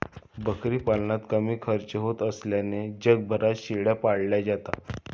बकरी पालनात कमी खर्च होत असल्याने जगभरात शेळ्या पाळल्या जातात